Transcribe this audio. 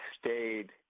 stayed